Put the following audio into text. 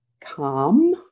calm